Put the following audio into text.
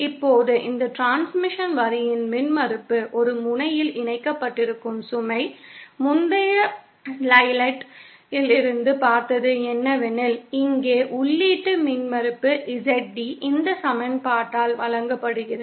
இப்போது இந்த டிரான்ஸ்மிஷன் வரியின் மின்மறுப்பு ஒரு முனையில் இணைக்கப்பட்டிருக்கும் சுமை முந்தைய ஸ்லைடில் இருந்து பார்த்தது என்னவெனில் இங்கே உள்ளீட்டு மின்மறுப்பு ZD இந்த சமன்பாட்டால் வழங்கப்படுகிறது